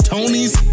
Tony's